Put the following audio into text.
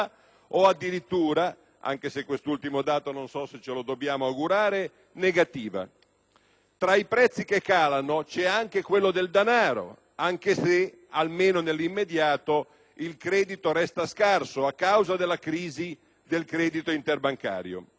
o, addirittura, negativa (anche se quest'ultimo dato non so se ce lo dobbiamo augurare). Tra i prezzi che calano c'è anche quello del denaro, anche se, almeno nell'immediato, il credito resta scarso a causa della crisi del credito interbancario.